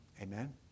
Amen